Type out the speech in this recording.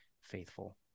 faithful